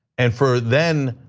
and for then,